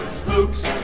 Spooks